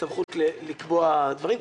סמכות לקבוע דברים,